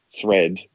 thread